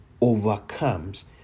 overcomes